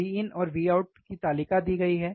Vin और Vout की तालिका दी गई है